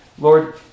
Lord